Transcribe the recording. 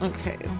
Okay